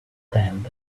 tent